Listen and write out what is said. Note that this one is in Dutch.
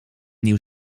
nieuw